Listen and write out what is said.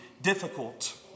difficult